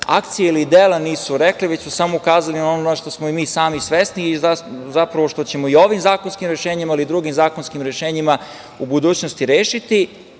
akcije ili dela nisu rekli, već su samo ukazali na ono na šta smo i mi sami svesni i zapravo što ćemo i ovim zakonskim rešenjima, ali i drugim zakonskim rešenjima u budućnosti rešiti,